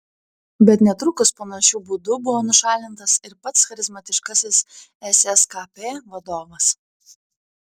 bet netrukus panašiu būdu buvo nušalintas ir pats charizmatiškasis sskp vadovas